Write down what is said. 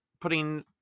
putting